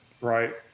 Right